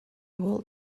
walt